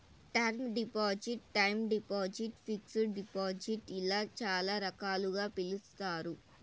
term deposit time deposit fixed deposit ఇలా చాలా రకాలుగా పిలుస్తారు